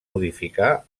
modificar